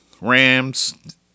Rams